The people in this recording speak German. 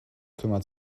kümmert